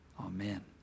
Amen